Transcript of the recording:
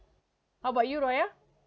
how about you raya